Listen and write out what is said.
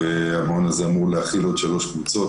המעון הזה אמור להכיל עוד שלוש קבוצות,